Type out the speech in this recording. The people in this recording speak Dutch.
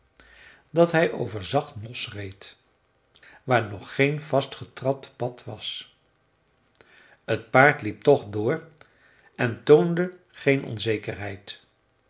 dat hij over zacht mos reed waar nog geen vastgetrapt pad was t paard liep toch door en toonde geen onzekerheid